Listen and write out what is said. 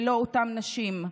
ולא אותן נשים,